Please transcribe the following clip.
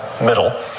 middle